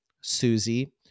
Susie